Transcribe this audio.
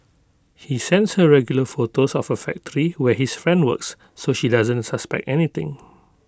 he sends her regular photos of A factory where his friend works so she doesn't suspect anything